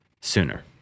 sooner